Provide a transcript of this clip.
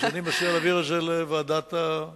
אז אני מציע להעביר את זה לוועדת המדע.